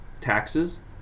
taxes